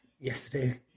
Yesterday